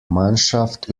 mannschaft